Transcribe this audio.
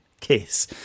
Kiss